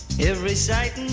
every sight